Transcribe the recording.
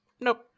Nope